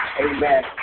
Amen